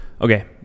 Okay